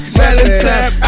valentine